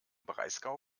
breisgau